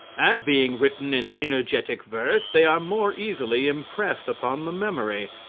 and being written in energetic verse they are more easily impressed upon the memory.